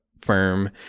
firm